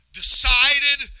decided